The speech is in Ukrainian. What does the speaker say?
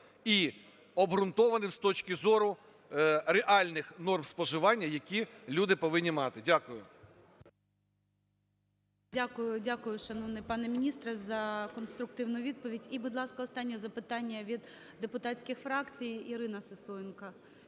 і обґрунтованим з точки зору реальних норм споживання, які люди повинні мати. Дякую. ГОЛОВУЮЧИЙ. Дякую, дякую, шановний пане міністре, за конструктивну відповідь. І, будь ласка, останнє запитання від депутатських фракцій. Ірина Сисоєнко